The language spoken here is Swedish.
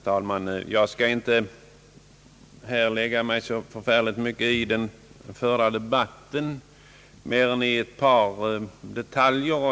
Herr talman! Jag skall inte lägga mig i den förda debatten mer än i ett par detaljer.